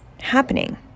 happening